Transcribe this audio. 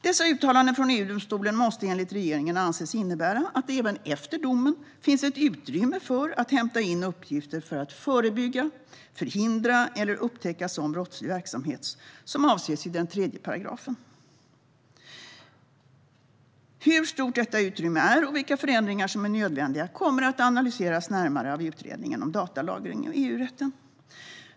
Dessa uttalanden från EU-domstolen måste enligt regeringen anses innebära att det även efter domen finns ett utrymme för att hämta in uppgifter för att förebygga, förhindra eller upptäcka sådan brottslig verksamhet som avses i 3 §. Hur stort detta utrymme är och vilka förändringar som är nödvändiga kommer att analyseras närmare av Utredningen om datalagring och EU-rätten.